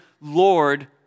Lord